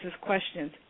questions